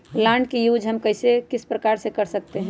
Plant का use हम किस प्रकार से करते हैं?